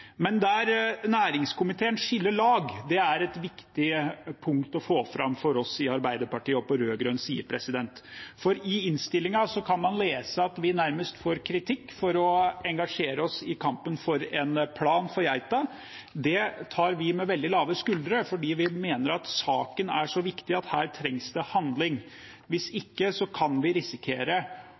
Men der næringskomiteen skiller lag, er et viktig punkt å få fram for oss i Arbeiderpartiet og på rød-grønn side, for i innstillingen kan man lese at vi nærmest får kritikk for å engasjere oss i kampen for en plan for geita. Det tar vi med veldig lave skuldre fordi vi mener at saken er så viktig at her trengs det handling. Hvis ikke kan vi rett og slett risikere